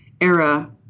era